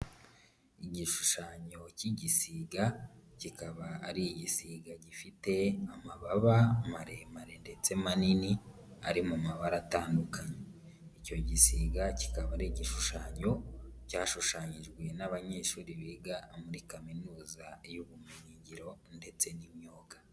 Igishushanyo cy'igisiga kikaba ari igisiga gifite amababa maremare ndetse manini ari mu mabara atandukanye, icyo gisiga kikaba ari igishushanyo cyashushanyijwe n'abanyeshuri biga muri kaminuza y'ubumenyingiro ndetse n'imyuga.